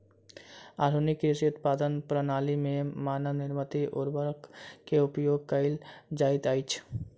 आधुनिक कृषि उत्पादनक प्रणाली में मानव निर्मित उर्वरक के उपयोग कयल जाइत अछि